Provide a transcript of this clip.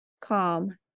calm